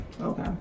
Okay